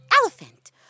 elephant